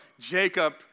Jacob